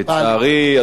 לצערי,